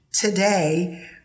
today